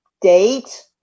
date